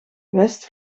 west